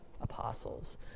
apostles